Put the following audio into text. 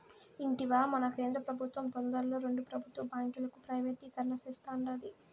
ఇంటివా, మన కేంద్ర పెబుత్వం తొందరలో రెండు పెబుత్వ బాంకీలను ప్రైవేటీకరణ సేస్తాండాది